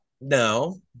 No